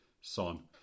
Son